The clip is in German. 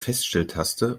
feststelltaste